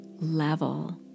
level